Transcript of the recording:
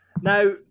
Now